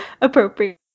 appropriate